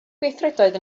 gweithredoedd